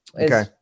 okay